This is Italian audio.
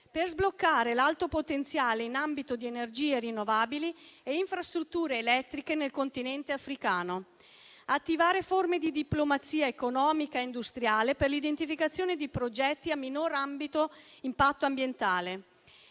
per sbloccare l'alto potenziale in ambito di energie rinnovabili e infrastrutture elettriche nel Continente africano; attivare forme di diplomazia economica industriale per l'identificazione di progetti a minor impatto ambientale;